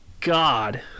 god